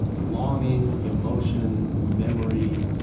longing, emotion, memory,